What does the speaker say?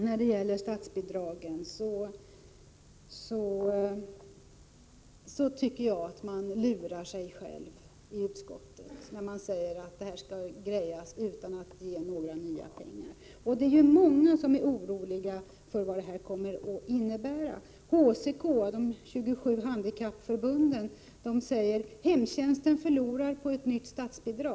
När det gäller statsbidragen tycker jag att man i utskottet lurar sig själv, när man säger att detta skall ordnas utan att man ger några nya pengar. Många är oroliga för vad förslaget kommer att innebära. HCK och de 27 handikappför Prot. 1987/88:126 bunden säger att hemtjänsten förlorar på ett nytt statsbidrag.